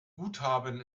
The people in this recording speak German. guthaben